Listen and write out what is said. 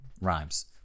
rhymes